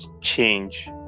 change